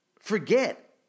forget